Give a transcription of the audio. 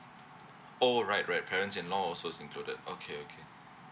oh right right parents in law also included okay okay